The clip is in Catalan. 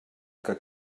que